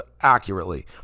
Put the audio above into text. accurately